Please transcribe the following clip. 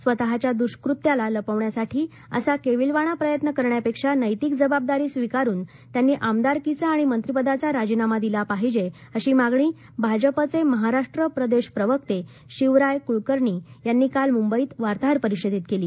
स्वतःच्या दुष्कृत्याला लपवण्यासाठी असा केविलवाणा प्रयत्न करण्यापेक्षा नैतिक जबाबदारी स्वीकारून त्यांनी आमदारकीचा आणि मंत्रीपदाचा राजीनामा दिला पाहिजे अशी मागणी भाजपाचे महाराष्ट्र प्रदेश प्रवक्ते शिवराय कुळकर्णी यांनी काल मुंबईत वार्ताहर परिषदेत केली